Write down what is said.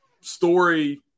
story